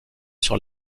sur